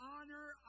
honor